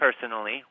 personally